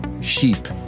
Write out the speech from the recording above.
sheep